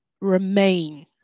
remain